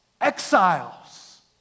exiles